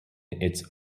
its